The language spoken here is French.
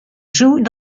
jouent